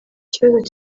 ikibazo